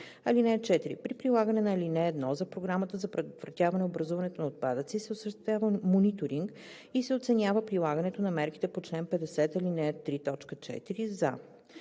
ал. 4: „(4) При прилагане на ал. 1 за програмата за предотвратяване образуването на отпадъци се осъществява мониторинг и се оценява прилагането на мерките по чл. 50, ал. 3, т. 4 за: